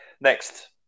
Next